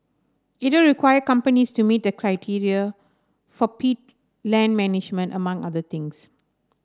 it will require companies to meet the criteria for peat land management among other things